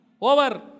over